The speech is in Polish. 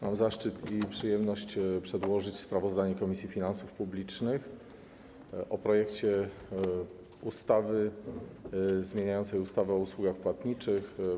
Mam zaszczyt i przyjemność przedłożyć sprawozdanie Komisji Finansów Publicznych o projekcie ustawy zmieniającej ustawę o usługach płatniczych.